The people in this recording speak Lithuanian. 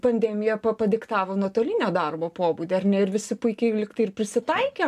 pandemija pa padiktavo nuotolinio darbo pobūdį ar ne ir visi puikiai lygtai ir prisitaikėm